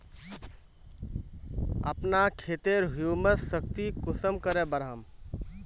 अपना खेतेर ह्यूमस शक्ति कुंसम करे बढ़ाम?